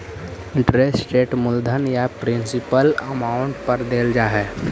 interest rate मूलधन या principal amount पर देल जा हई